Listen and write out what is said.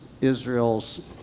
Israel's